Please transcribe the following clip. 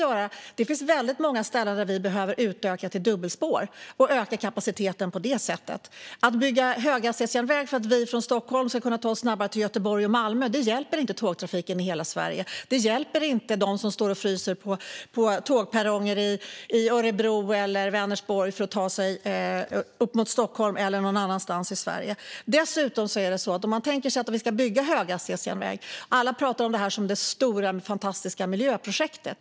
Det finns väldigt många ställen där det behöver utökas till dubbelspår så att kapaciteten ökas. Men att bygga höghastighetsjärnväg för att vi från Stockholm ska kunna ta oss snabbare till Göteborg och Malmö hjälper inte tågtrafiken i hela Sverige. Det hjälper inte dem som står och fryser på tågperronger i Örebro eller Vänersborg för att ta sig upp mot Stockholm eller någon annanstans i Sverige. Om man nu tänker sig att det ska byggas höghastighetsjärnväg pratar alla om det som det stora, fantastiska miljöprojektet.